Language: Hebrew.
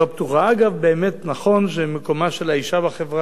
באמת נכון שמקומה של האשה בחברה הוא אחד